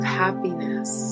happiness